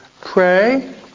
Pray